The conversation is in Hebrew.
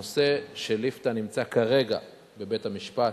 הנושא של ליפתא נמצא כרגע בבית-המשפט.